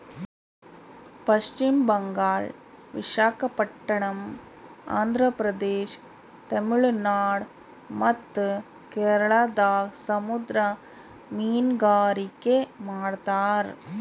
ಪಶ್ಚಿಮ್ ಬಂಗಾಳ್, ವಿಶಾಖಪಟ್ಟಣಮ್, ಆಂಧ್ರ ಪ್ರದೇಶ, ತಮಿಳುನಾಡ್ ಮತ್ತ್ ಕೇರಳದಾಗ್ ಸಮುದ್ರ ಮೀನ್ಗಾರಿಕೆ ಮಾಡ್ತಾರ